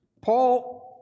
Paul